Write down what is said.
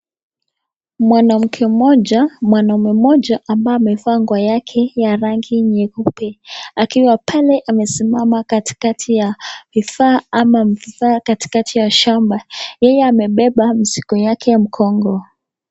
Mwanamke mmoja, mwanaume mmoja ambaye amevaa nguo yake ya rangi nyeupe. Akiwa pale amesimama katikati ya vifaa ama mvaa katikati ya shamba. Yeye amebeba mzigo yake mkongo.